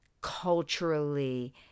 culturally